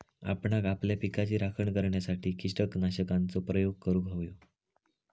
आपणांक आपल्या पिकाची राखण करण्यासाठी कीटकनाशकांचो प्रयोग करूंक व्हयो